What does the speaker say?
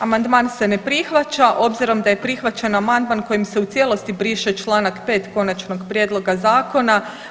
Amandman se ne prihvaća obzirom da je prihvaćen amandman kojim se u cijelosti briše Članak 5. konačnog prijedloga zakona.